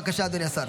בבקשה, אדוני השר.